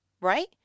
right